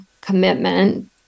commitment